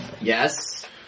Yes